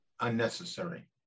unnecessary